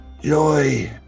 joy